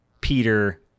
Peter